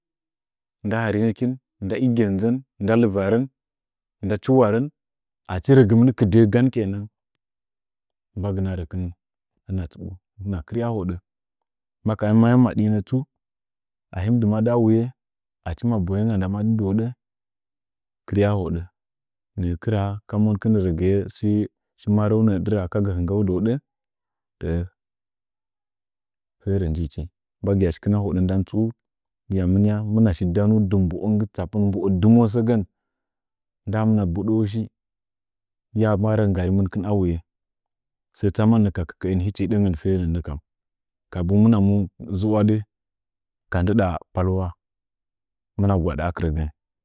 Nda haringəkin, nda igonnʒən, nda hɨwarən, nda chowarən aihu rɛgɨmiin kɨdəh gan kenan, mbagɨna rəkɨn hina tsɨɓo hɨna kɨrya hoɗə maka ha madinə tsu a him dɨmada wuye achi maboyenga nda madin dɨhodə kɨru ahodə, nə’ə kɨra ka monkin rəgɨye marəungka wankɨn dihoɗə, ferə njichi mbagɨya shɨkɨna hodə ndan tsu hiya mɨnya hɨmɨna shi dannu dɨ mboə, dɨ mboə dɨmo səgən ndanina budə shi hɨya mba rə nggari mɨnkin a wuye səə tsamannə ka kəkəin hɨchi hɨdəngon ferən nəkam, kabu mɨnamɨn ʒwwadi ka ndɨda palwa hɨmɨna gwadə akɨrəgən.